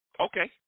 Okay